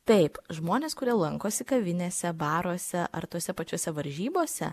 taip žmonės kurie lankosi kavinėse baruose ar tose pačiose varžybose